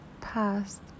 past